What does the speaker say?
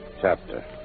chapter